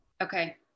Okay